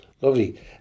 Lovely